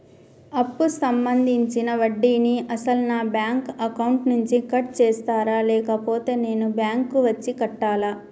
అప్పు సంబంధించిన వడ్డీని అసలు నా బ్యాంక్ అకౌంట్ నుంచి కట్ చేస్తారా లేకపోతే నేను బ్యాంకు వచ్చి కట్టాలా?